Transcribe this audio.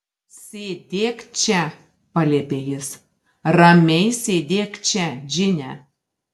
sėdėk čia paliepė jis ramiai sėdėk čia džine